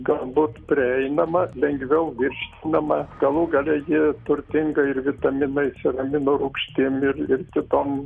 galbūt prieinama lengviau virškinama galų gale ji turtinga ir vitaminais ir aminorūgštim ir ir kitom